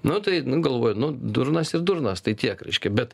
nu tai nu galvoju nu durnas ir durnas tai tiek reiškia bet